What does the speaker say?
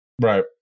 Right